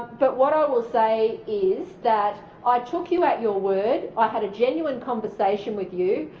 but what i will say is that i took you at your word, i had a genuine conversation with you.